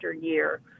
year